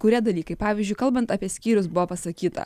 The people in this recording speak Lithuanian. kurie dalykai pavyzdžiui kalbant apie skyrius buvo pasakyta